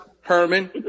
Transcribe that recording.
Herman